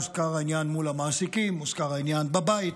הוזכר העניין מול המעסיקים, הוזכר העניין בבית,